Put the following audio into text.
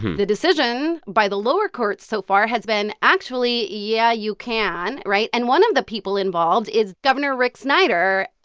the decision by the lower courts, so far, has been, actually, yeah, you can. right? and one of the people involved is governor rick snyder,